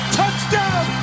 touchdown